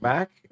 back